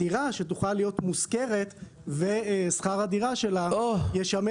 דירה שתוכל להיות מושכרת ושכר הדירה ישמש